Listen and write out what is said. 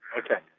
okay,